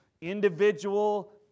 individual